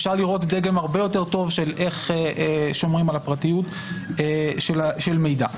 אפשר לראות דגם הרבה יותר טוב איך שומרים על הפרטיות של מידע.